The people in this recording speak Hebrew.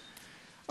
אני קיבלתי,